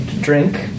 drink